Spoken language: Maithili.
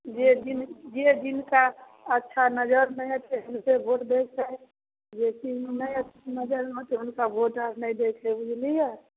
जे जिन जे जिनका अच्छा नजरिमे हइ तिनके भोट दैके हइ जे नहि नजरिमे तऽ हुनका भोट आओर नहि दैके हइ बुझलिए